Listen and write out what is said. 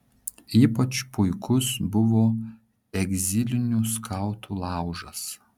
ypač puikus buvo egzilinių skautų laužas